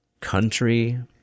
country